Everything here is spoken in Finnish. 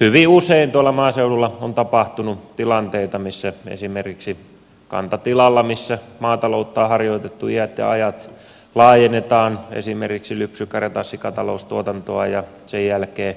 hyvin usein tuolla maaseudulla on ollut tilanteita missä esimerkiksi kantatilalla missä maataloutta on harjoitettu iät ja ajat laajennetaan esimerkiksi lypsykarja tai sikata loustuotantoa ja sen jälkeen